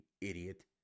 idiot